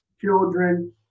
children